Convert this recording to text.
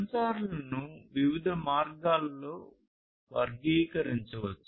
సెన్సార్లను వివిధ మార్గాల్లో వర్గీకరించవచ్చు